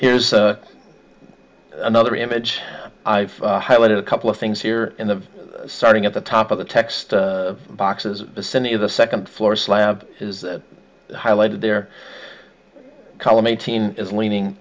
here's another image i've highlighted a couple of things here in the starting at the top of the text boxes vicinity of the second floor slab is highlighted there column eighteen is leaning